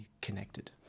connected